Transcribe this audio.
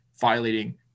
violating